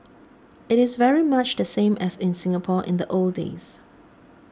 it is very much the same as in Singapore in the old days